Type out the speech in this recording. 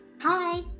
Hi